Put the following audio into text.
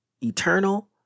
eternal